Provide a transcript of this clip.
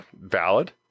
valid